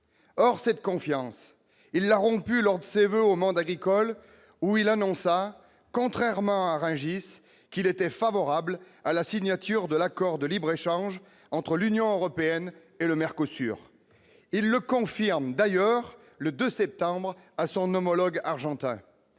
or cette confiance, il a rompu lors de ses voeux au monde agricole où il annonça contrairement à Rungis, qu'il était favorable à la signature de l'accord de libre-échange entre l'Union européenne et le Mercosur, il le confirme d'ailleurs le 2 septembre à son homologue argentin,